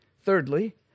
thirdly